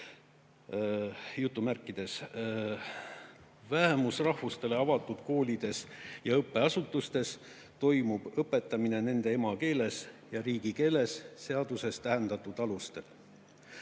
"Vähemusrahvastele avatud koolides ja õppeasutustes toimub õpetamine nende emakeeles ja riigikeeles seaduses tähendatud alustel."